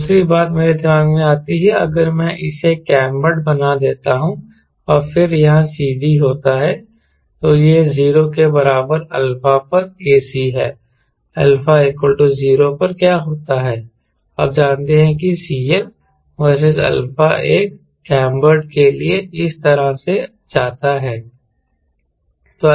दूसरी बात मेरे दिमाग में आती है अगर मैं इसे कैंबर्ड बना देता हूं और फिर यहां CG होता है तो यह 0 के बराबर अल्फा पर ac है α 0 पर क्या होता है आप जानते हैं कि CL वर्सेस α एक कैंबर्ड के लिए इस तरह से जाता है